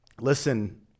Listen